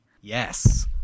Yes